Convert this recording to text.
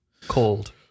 cold